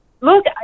Look